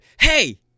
Hey